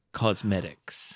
cosmetics